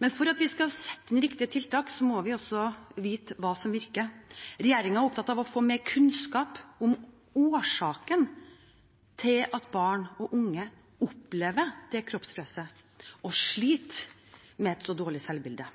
Men for at vi skal sette inn riktige tiltak, må vi også vite hva som virker. Regjeringen er opptatt av å få mer kunnskap om årsakene til at barn og unge opplever det kroppspresset og sliter med dårlig selvbilde.